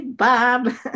Bob